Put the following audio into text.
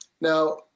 Now